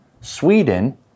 Sweden